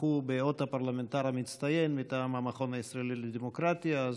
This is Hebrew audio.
זכו באות הפרלמנטר המצטיין מטעם המכון הישראלי לדמוקרטיה.